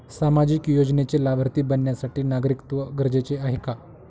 सामाजिक योजनेचे लाभार्थी बनण्यासाठी नागरिकत्व गरजेचे आहे का?